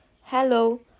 Hello